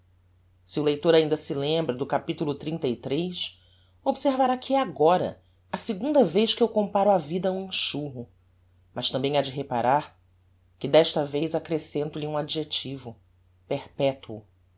se o leitor ainda se lembra do cap xxxiii observará que é agora a segunda vez que eu comparo a vida a um enxurro mas tambem ha de reparar que desta vez accrescento lhe um